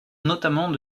notamment